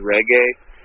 Reggae